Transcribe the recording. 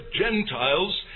Gentiles